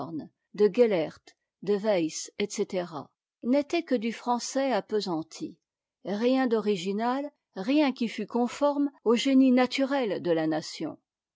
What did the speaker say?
de weiss etc n'étaient que du français appesanti rien d'original rien qui fût conforme au génie naturel de la nation